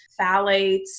phthalates